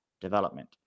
development